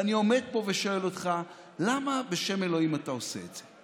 ואני עומד פה ושואל אותך למה בשם אלוהים אתה עושה את זה.